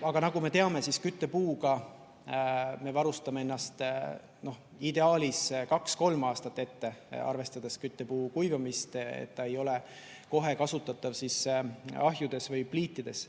Aga nagu me teame, küttepuuga me varustame ennast ideaalis kaks-kolm aastat ette, arvestades küttepuu kuivamist, sest ta ei ole kohe kasutatav ahjudes või pliitides.